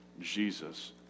Jesus